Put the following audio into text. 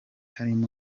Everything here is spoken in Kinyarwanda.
harimo